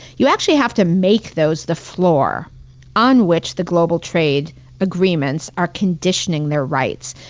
you actually have to make those the floor on which the global trade agreements are conditioning their rights.